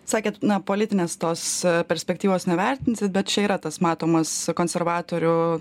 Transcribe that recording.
sakėt na politinės tos perspektyvos nevertinsit bet čia yra tas matomas konservatorių